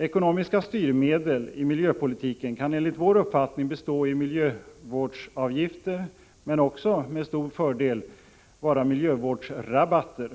Ekonomiska styrmedel i miljöpolitiken kan enligt vår uppfattning bestå i miljövårdsavgifter men kan också med stor fördel vara miljövårdsrabatter.